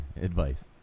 Advice